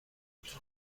چون